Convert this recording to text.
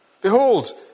Behold